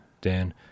Dan